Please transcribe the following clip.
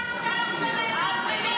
--- זה הפריבילגים.